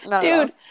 Dude